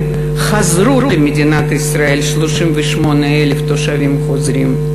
האלה הגיעו למדינת ישראל 38,000 תושבים חוזרים.